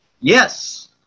Yes